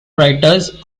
writers